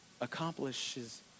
accomplishes